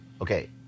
okay